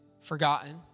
forgotten